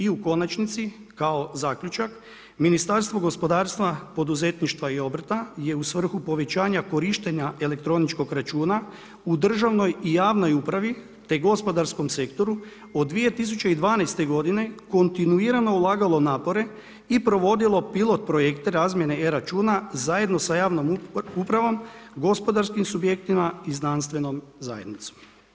I u konačnici, kao zaključak, Ministarstvo gospodarstva, poduzetništva i obrta, je u svrhu povećanja korištenja elektroničkog računa u državnoj i javnoj upravi, te gospodarskom sektoru od 2012. g. kontinuirano ulagalo napore i provodilo pilot projekte razmjene e-računa, zajedno s javnom upravom, gospodarskim subjektima i znanstvenom zajednicom.